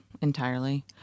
entirely